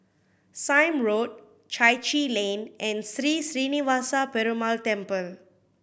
Sime Road Chai Chee Lane and Sri Srinivasa Perumal Temple